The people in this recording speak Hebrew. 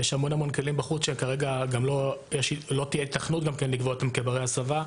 יש המון כלים בחוץ שכרגע לא תהיה היתכנות גם כן לקבוע אותם כברי הסבה.